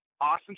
Awesome